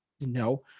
No